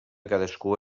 cadascú